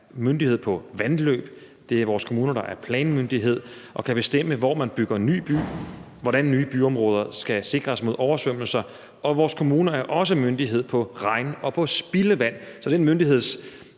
i forhold til vandløb. Det er vores kommuner, der er planmyndighed og kan bestemme, hvor man bygger ny by, og hvordan nye byområder skal sikres mod oversvømmelser. Og vores kommuner er også myndighed i forhold til regn og spildevand. Så den myndighedsekspertise